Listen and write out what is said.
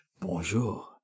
Bonjour